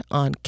on